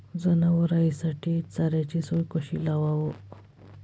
जनावराइसाठी चाऱ्याची सोय कशी लावाव?